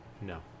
No